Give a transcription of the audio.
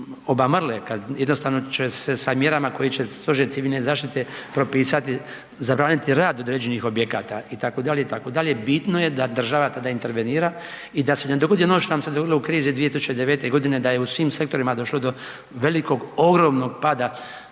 obamrle, kad jednostavno će se sa mjerama koje će stožer civilne zaštite propisati, zabraniti rad određenih objekata, itd., itd., bitno je da država tada intervenira i da se ne dogodi ono što nam se dogodilo u krizi 2009. g., da je u svim sektorima došlo do velikog ogromnog pada